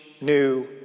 new